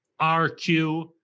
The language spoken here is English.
RQ